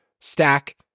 stack